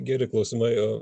geri klausimai o